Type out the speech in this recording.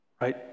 right